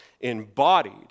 embodied